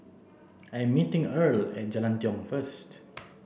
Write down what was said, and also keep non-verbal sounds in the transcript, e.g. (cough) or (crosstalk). I'm meeting Earle at Jalan Tiong first (noise)